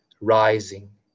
rising